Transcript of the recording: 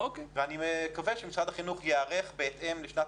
אני מקווה שמשרד החינוך ייערך בהתאם לשנת